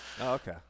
okay